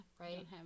Right